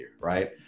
right